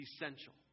essential